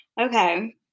Okay